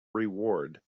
reward